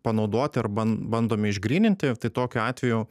panaudoti ar ban bandomi išgryninti tai tokiu atveju